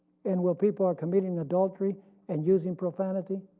and where people are committing adultery and using profanity.